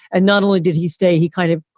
and not only did he stay, he kind of,